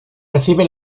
recibe